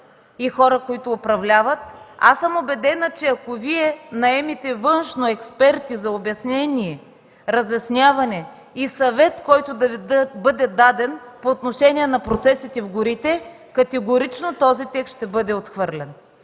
и хора, които управляват. Убедена съм, че ако Вие наемете външни експерти за обяснение, разясняване и съвет, който да Ви бъде даден по отношение на процесите в горите, категорично този текст ще бъде отхвърлен.